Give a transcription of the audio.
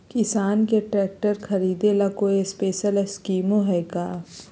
किसान के ट्रैक्टर खरीदे ला कोई स्पेशल स्कीमो हइ का?